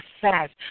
fast